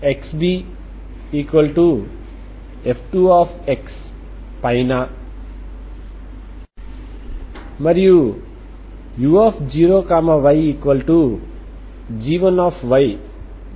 కాబట్టి heat equation అయినటువంటి partial differential equation రెండు ODE లు అవుతుంది